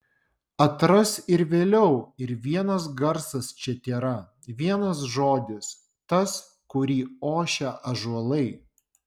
atras ir vėliau ir vienas garsas čia tėra vienas žodis tas kurį ošia ąžuolai